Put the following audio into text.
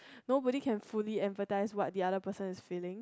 nobody can fully empathise what the other person is feeling